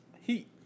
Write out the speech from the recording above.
Heat